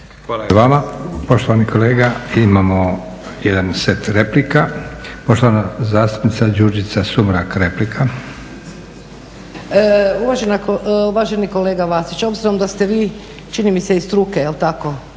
Hvala i vama. Poštovani kolega imamo jedan set replika. Poštovana zastupnica Đurđica Sumrak, replika. **Sumrak, Đurđica (HDZ)** Uvaženi kolega Vasić, obzirom da ste vi čini mi se i struke, je li tako,